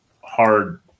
hard